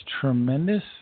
tremendous